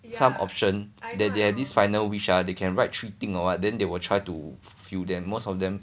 some option that they had this final wish ah they can write three thing or what then they will try to fulfil them most of them